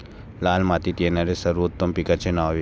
लाल मातीत येणाऱ्या सर्वोत्तम पिकांची नावे?